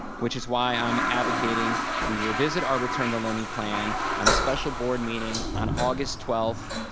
which is why i'm advocating we revisit our return to learning plan on a special board meeting on august twelfth,